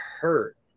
hurt